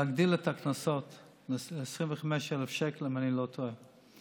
להגדיל את הקנסות ל-25,000 שקל, אם אני לא טועה.